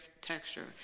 texture